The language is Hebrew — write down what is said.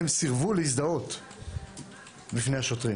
הם סירבו להזדהות בפני השוטרים.